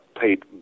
paid